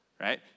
right